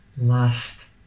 last